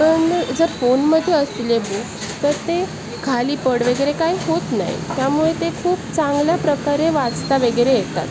पण जर फोनमध्ये असले बुक्स तर ते खाली पड वगैरे काही होत नाही त्यामुळे ते खूप चांगल्याप्रकारे वाचता वगैरे येतात